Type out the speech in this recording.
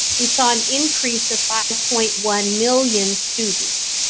we saw an increase of five point one million students.